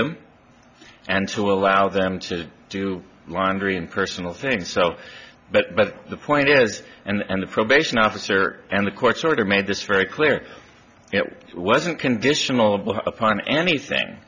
them and to allow them to do laundry and personal things so but the point is and the probation officer and the court's order made this very clear it wasn't conditional upon anything